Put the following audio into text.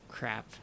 Crap